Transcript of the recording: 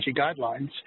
guidelines